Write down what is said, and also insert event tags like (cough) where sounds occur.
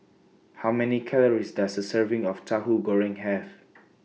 How Many Calories Does A Serving of Tahu Goreng Have (noise)